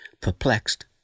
perplexed